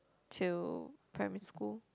till primary school